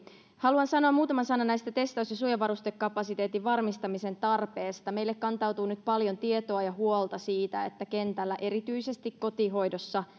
haluan sanoa muutaman sanan tästä testaus ja suojavarustekapasiteetin varmistamisen tarpeesta meille kantautuu nyt paljon tietoa ja huolta siitä että kentällä erityisesti kotihoidossa